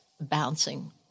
bouncing